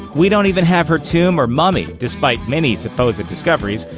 we don't even have her tomb or mummy, despite many supposed discoveries,